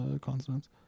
consonants